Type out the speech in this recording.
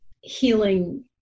healing